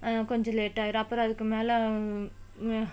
கொஞ்சம் லேட்டாயிடும் அப்பறம் அதுக்கு மேலே